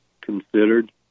considered